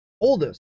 oldest